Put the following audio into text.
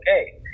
okay